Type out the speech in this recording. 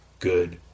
good